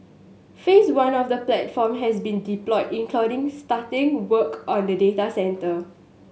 Phase One of the platform has been deployed including starting work on a data centre